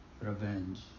revenge